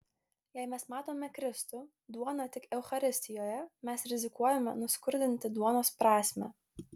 jei mes matome kristų duoną tik eucharistijoje mes rizikuojame nuskurdinti duonos prasmę